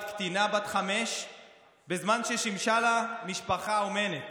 קטינה בת חמש בזמן ששימשה לה משפחה אומנת.